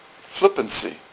flippancy